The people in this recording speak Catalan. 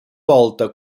volta